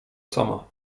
sama